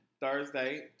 Thursday